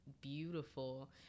beautiful